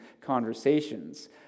conversations